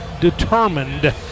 determined